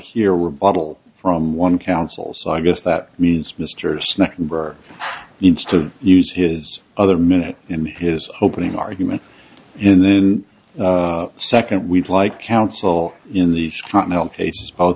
hear we're bottle from one council so i guess that means mr snecking work needs to use his other minute in his opening argument and then second we'd like counsel in these